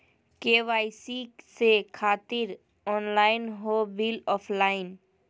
KYC से खातिर online हो बिल ऑफलाइन?